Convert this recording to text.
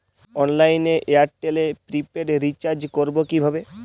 অনলাইনে এয়ারটেলে prepaid recharge করবো কিভাবে?